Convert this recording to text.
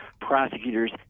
Prosecutors